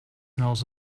knows